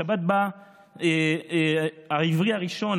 הפרשה שבה העברי הראשון,